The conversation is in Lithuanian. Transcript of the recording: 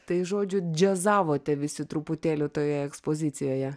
tai žodžiu džiazavote visi truputėlį toje ekspozicijoje